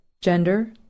gender